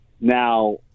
Now